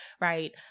right